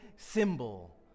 symbol